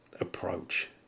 approach